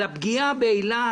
על הפגיעה באילת,